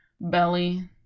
Belly